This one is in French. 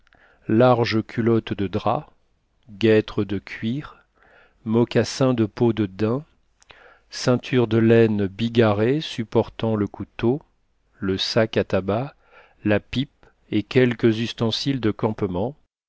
larges culottes de drap guêtres de cuir mocassins de peau de daim ceinture de laine bigarrée supportant le couteau le sac à tabac la pipe et quelques ustensiles de campement